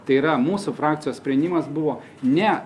tai yra mūsų frakcijos sprendimas buvo ne